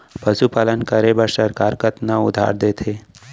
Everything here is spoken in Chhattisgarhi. पशुपालन करे बर सरकार कतना उधार देथे?